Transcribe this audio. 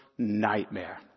nightmare